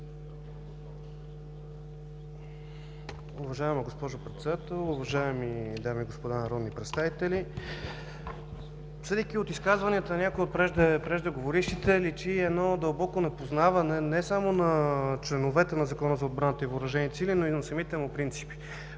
Уважаема госпожо Председател, уважаеми дами и господа народни представители, съдейки от изказванията на някои от преждеговорившите, личи едно дълбоко непознаване не само на членовете на Закона за отбраната и въоръжените сили, но и на самите му принципи.